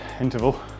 interval